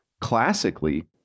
classically